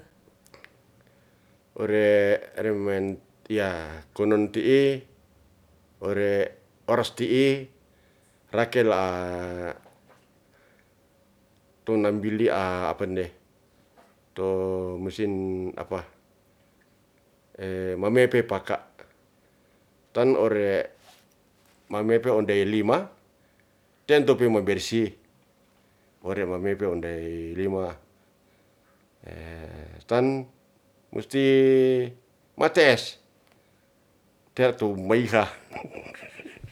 Ore remen ya' konun ti'i ore oros ti'i rakel tu nambili apane to mesin apa, mameke paka, tan ore mameke ondey lima ten to pimabersih ore mamepe ondey lima tan musti mate'es te ya' tu maiha